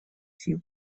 сил